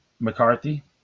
McCarthy